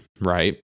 Right